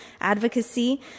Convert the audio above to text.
advocacy